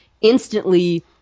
instantly